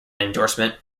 endorsement